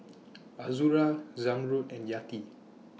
Azura Zamrud and Yati